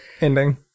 ending